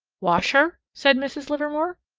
wash her, said mrs. livermore.